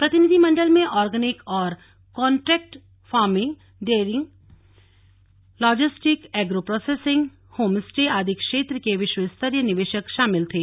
प्रतिनिधिमण्डल में ऑर्गेनिक और contract farming dairy logistic agro processing home stay आदि क्षेत्र के विश्वस्तरीय निवेशक शामिल थे